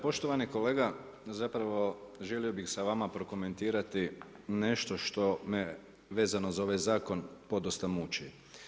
Poštovani kolega, zapravo želio bih sa vama prokomentirati nešto što me vezano za ovaj zakon podosta muči.